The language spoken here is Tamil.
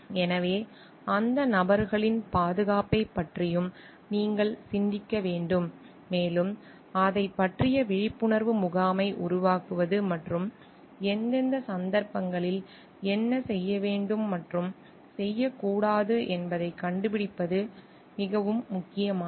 எனவே அந்த நபர்களின் பாதுகாப்பைப் பற்றியும் நீங்கள் சிந்திக்க வேண்டும் மேலும் அதைப் பற்றிய விழிப்புணர்வு முகாமை உருவாக்குவது மற்றும் எந்தெந்த சந்தர்ப்பங்களில் என்ன செய்ய வேண்டும் மற்றும் செய்யக்கூடாது என்பதைக் கண்டுபிடிப்பது மிகவும் முக்கியமானது